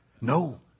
No